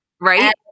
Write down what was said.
Right